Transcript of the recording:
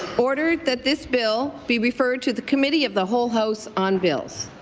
ordered that this bill be referred to the committee of the whole house on bills.